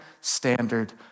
standard